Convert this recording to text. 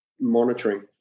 Monitoring